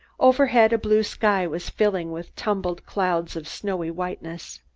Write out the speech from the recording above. overhead, a blue sky was filled with tumbled clouds of snowy whiteness.